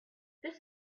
this